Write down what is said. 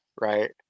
right